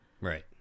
Right